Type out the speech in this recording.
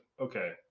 Okay